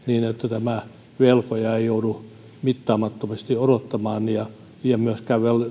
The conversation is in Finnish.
tämä velkoja ei joudu mittaamattomasti odottamaan eikä myöskään